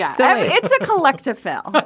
yeah so it's a collective. well, but